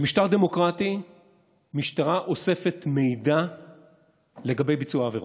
במשטר דמוקרטי משטרה אוספת מידע לגבי ביצוע עבירות.